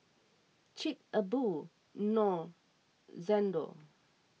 Chic A Boo Knorr Xndo